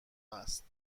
هست